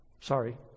Sorry